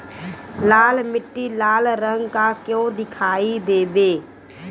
लाल मीट्टी लाल रंग का क्यो दीखाई देबे?